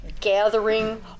gathering